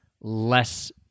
less